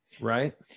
Right